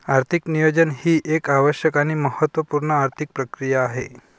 आर्थिक नियोजन ही एक आवश्यक आणि महत्त्व पूर्ण आर्थिक प्रक्रिया आहे